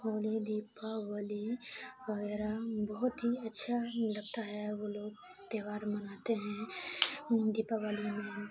ہولی دیپاولی وگیرہ بہت ہی اچھا لگتا ہے وہ لوگ تیوہار مناتے ہیں دیپاولی میں